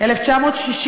1960,